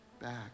back